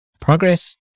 progress